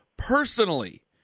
personally